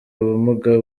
ubumuga